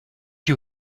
you